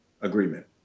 agreement